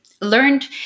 Learned